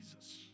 Jesus